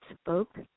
spoke